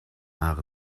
عقد